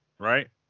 right